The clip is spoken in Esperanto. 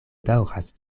daŭras